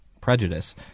prejudice